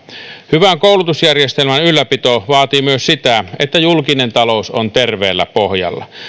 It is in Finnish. hyvän koulutusjärjestelmän ylläpito vaatii myös sitä että julkinen talous on terveellä pohjalla